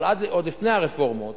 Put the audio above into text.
אבל עוד לפני הרפורמות,